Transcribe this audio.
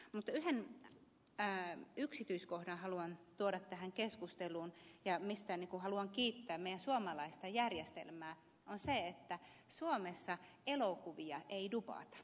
mutta yhden yksityiskohdan haluan tuoda tähän keskusteluun ja se mistä haluan kiittää meidän suomalaista järjestelmäämme on että suomessa elokuvia ei dubata